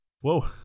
Whoa